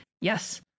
Yes